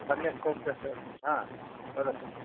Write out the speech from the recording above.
अन्यः कोपि अस्ति आम् वदतु